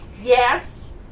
Yes